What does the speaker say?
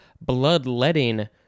bloodletting